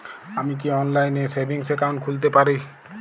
আমি কি অনলাইন এ সেভিংস অ্যাকাউন্ট খুলতে পারি?